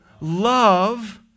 Love